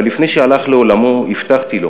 אבל לפני שהלך לעולמו הבטחתי לו